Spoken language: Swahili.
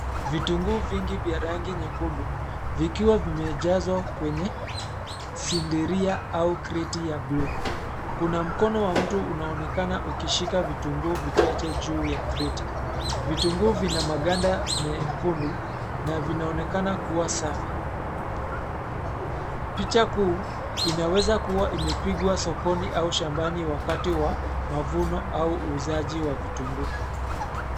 Vitunguu vingi vya rangi nyekundu, vikiwa vimejazwa kwenye sindiria au kreti ya bluu. Kuna mkono wa mtu unaonekana ukishika vitunguu vichache juu ya kreti. Vitunguu vina maganda mekundu na vinaonekana kuwa safi. Picha kuu inaweza kuwa imepigwa sokoni au shambani wakati wa mavuno au uuzaji wa vitunguu.